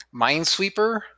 Minesweeper